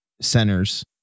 centers